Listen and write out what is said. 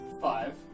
five